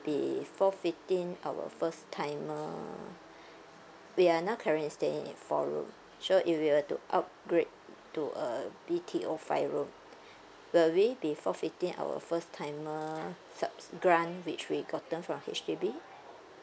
be forfeiting our first timer we are now currently staying at four room so if we were to upgrade to uh B_T_O five room will we be forfeiting our first timer subsi~ grant which we've gotten from H_D_B